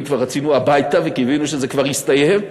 כבר רצינו הביתה וקיווינו שזה כבר יסתיים,